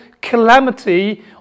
calamity